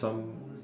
some